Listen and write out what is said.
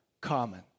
common